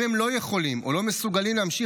אם הם לא יכולים או לא מסוגלים להמשיך